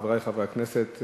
חברי חברי הכנסת,